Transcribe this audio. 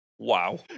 Wow